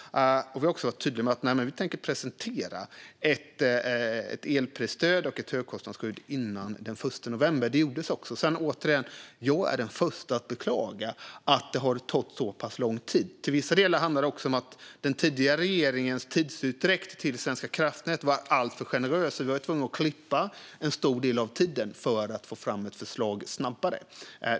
Vi har varit tydliga med att vi tänkte presentera ett elprisstöd och ett högkostnadsskydd före den 1 november, och det gjordes också. Sedan är jag, återigen, den förste att beklaga att det har tagit så pass lång tid. Till vissa delar handlar det om att den tidigare regeringens tidsutdräkt till Svenska kraftnät var alltför generös. Vi var tvungna att kapa en stor del av tiden för att få fram ett förslag snabbare.